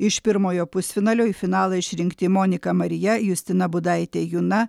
iš pirmojo pusfinalio į finalą išrinkti monika marija justina budaitė juna